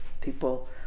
people